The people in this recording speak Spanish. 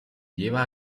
lleva